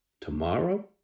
tomorrow